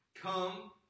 come